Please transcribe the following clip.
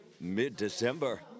mid-December